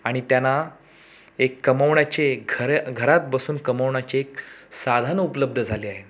आणि त्यांना एक कमवण्याचे घरे घरात बसून कमवण्याचे एक साधन उपलब्ध झाले आहे